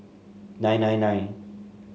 nine nine nine